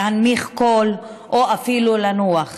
להנמיך קול או אפילו לנוח.